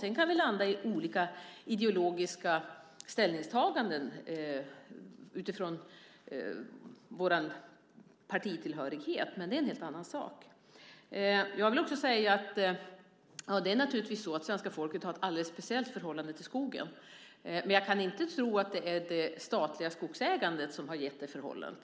Det kan hända att vi landar i olika ideologiska ställningstaganden utifrån partitillhörighet, men det är en helt annan sak. Naturligtvis är det så att svenska folket har ett alldeles speciellt förhållande till skogen. Men jag kan inte tro att det är det statliga skogsägandet som har gett det förhållandet.